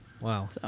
Wow